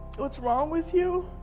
what's wrong with you,